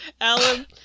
Alan